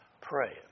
praying